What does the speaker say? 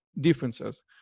differences